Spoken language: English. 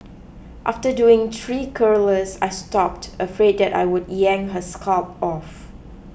after doing three curlers I stopped afraid that I would yank her scalp off